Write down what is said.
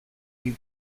you